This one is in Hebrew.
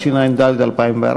התשע"ד 2014,